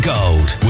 Gold